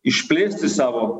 išplėsti savo